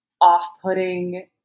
off-putting